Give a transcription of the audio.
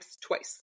twice